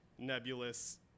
nebulous